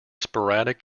sporadic